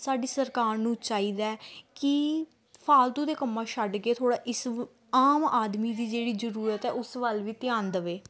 ਸਾਡੀ ਸਰਕਾਰ ਨੂੰ ਚਾਹੀਦਾ ਕਿ ਫਾਲਤੂ ਦੇ ਕੰਮਾਂ ਛੱਡ ਕੇ ਥੋੜ੍ਹਾ ਇਸ ਆਮ ਆਦਮੀ ਦੀ ਜਿਹੜੀ ਜ਼ਰੂਰਤ ਹੈ ਉਸ ਵੱਲ ਵੀ ਧਿਆਨ ਦੇਵੇ